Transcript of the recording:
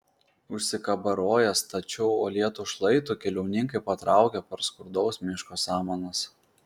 užsikabaroję stačiu uolėtu šlaitu keliauninkai patraukė per skurdaus miško samanas